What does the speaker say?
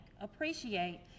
appreciate